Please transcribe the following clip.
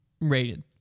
rated